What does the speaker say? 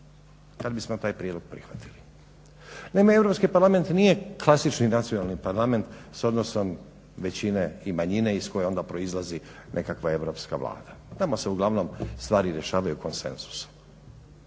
kad bismo taj prijedlog prihvatili. Naime, Europski parlament nije klasični nacionalni parlament s odnosom većine i manjine iz koje onda proizlazi nekakva europska vlada. Tamo se uglavnom stvari rješavaju konsenzusom.